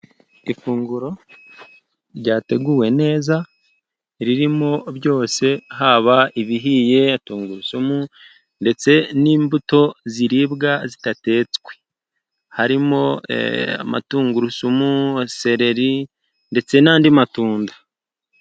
Ifunguro ryateguwe neza, ririmo byose haba ibihiye, tungurusumu, ndetse n'imbuto ziribwa zidatetswe. Harimo amatungurusumu, seleri, ndetse n'andi matunda.